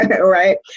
right